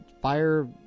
fire